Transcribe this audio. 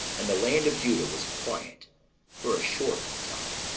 and the land of juda was quiet for a short time.